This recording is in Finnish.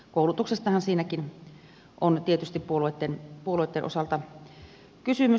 koulutuksestahan siinäkin on tietysti puolueitten osalta kysymys